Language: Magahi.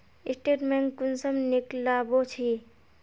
स्टेटमेंट कुंसम निकलाबो छी?